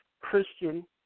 Christian